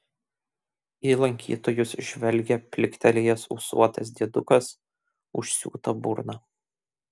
į lankytojus žvelgia pliktelėjęs ūsuotas diedukas užsiūta burna